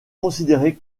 considéré